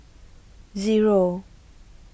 Zero